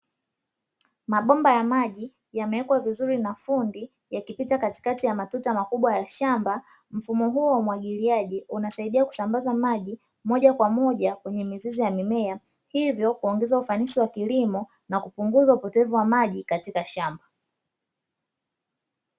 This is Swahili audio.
Mabomba ya maji yamewekwa vizuri na fundi yakipita katikati ya matuta makubwa ya shamba, mfumo huo umwagiliaji unasaidia kusambaza maji moja kwa moja kwenye mizizi ya mimea. Hivyo kuongeza ufanisi wa kilimo na kupunguza upotevu wa maji katika shamba.